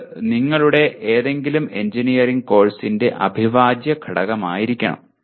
ഇത് നിങ്ങളുടെ ഏതെങ്കിലും എഞ്ചിനീയറിംഗ് കോഴ്സിന്റെ അവിഭാജ്യ ഘടകമായിരിക്കണം